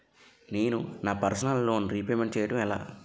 నేను నా personal loan repayment చేయాలంటే ఎలా?